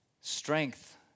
strength